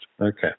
Okay